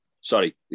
Sorry